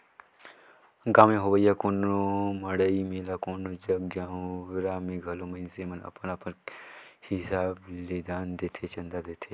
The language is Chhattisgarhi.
गाँव में होवइया कोनो मड़ई मेला कोनो जग जंवारा में घलो मइनसे मन अपन अपन हिसाब ले दान देथे, चंदा देथे